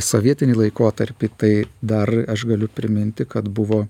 sovietinį laikotarpį tai dar aš galiu priminti kad buvo